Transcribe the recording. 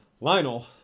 Lionel